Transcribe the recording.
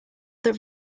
that